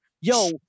Yo